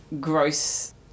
gross